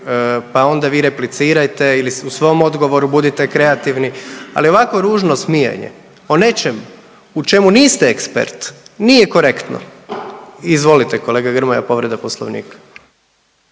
pa onda vi replicirajte ili u svom odgovoru budite kreativni, ali ovako ružno smijanje o nečem u čemu niste ekspert nije korektno. Izvolite kolega Grmoja, povreda Poslovnika.